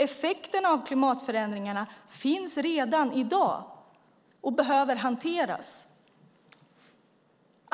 Effekten av klimatförändringarna finns redan i dag och behöver hanteras.